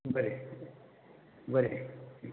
बरें बरें